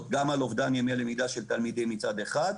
גם על אובדן ימי למידה של תלמידים מצד אחד,